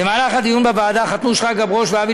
במהלך הדיון בוועדה חתמו שרגא ברוש ואבי